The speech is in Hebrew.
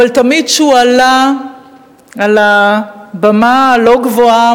אבל תמיד כשהוא עלה על הבמה הלא-גבוהה,